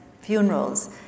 funerals